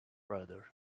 brother